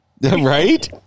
Right